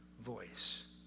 voice